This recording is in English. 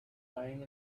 lying